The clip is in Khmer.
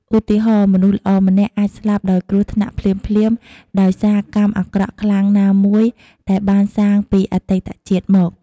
ឧទាហរណ៍ មនុស្សល្អម្នាក់អាចស្លាប់ដោយគ្រោះថ្នាក់ភ្លាមៗដោយសារកម្មអាក្រក់ខ្លាំងណាមួយដែលបានសាងពីអតីតជាតិមក។